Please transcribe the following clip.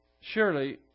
surely